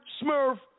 smurf